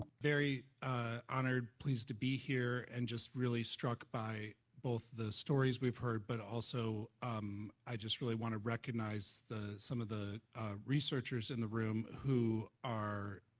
very honored, pleased to be here and just really struck by both the stories we've heard but also um i just really want to recognize some of the researchers in the room who are